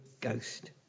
Ghost